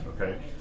okay